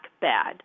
bad